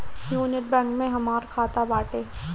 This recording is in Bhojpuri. यूनियन बैंक में हमार खाता बाटे